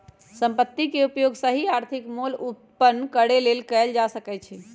संपत्ति के उपयोग सही आर्थिक मोल उत्पन्न करेके लेल कएल जा सकइ छइ